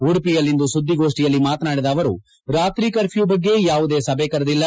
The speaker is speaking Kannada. ಉಡುಪಿಯಲ್ಲಿಂದು ಸುದ್ವಿಗೋಷ್ಠಿಯಲ್ಲಿ ಮಾತನಾಡಿದ ಅವರು ರಾತ್ರಿ ಕರ್ಫ್ಯೂ ಬಗ್ಗೆ ಯಾವುದೇ ಸಭೆ ಕರೆದಿಲ್ಲ